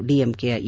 ಡಿಎಂಕೆಯ A